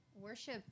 Worship